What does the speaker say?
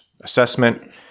assessment